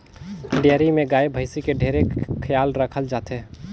dairy में गाय, भइसी के ढेरे खयाल राखल जाथे